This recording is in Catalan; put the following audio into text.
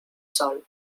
sol